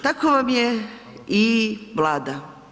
Tako vam je i Vlada.